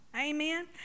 Amen